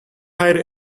hire